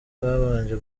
babanje